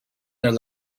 their